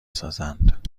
سازند